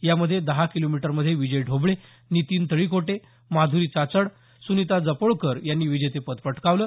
यामध्ये दहा किलोमीटरमध्ये विजय ढोबळे नितीन तळीकोटे माधुरी चाचड सुनिता जपोळकर यांनी विजेतेपदं पटकवली